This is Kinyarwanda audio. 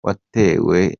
watewe